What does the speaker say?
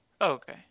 Okay